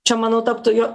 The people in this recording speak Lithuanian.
čia mano taptų jo